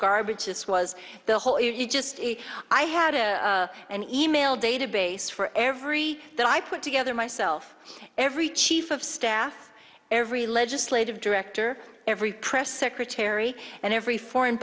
garbage this was the whole you just i had an e mail database for every that i put together myself every chief of staff every legislative director every press secretary and every foreign